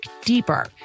deeper